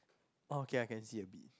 oh okay I can see a bit